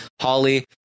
Holly